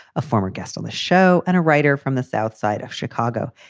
a former guest on the show and a writer from the south side of chicago.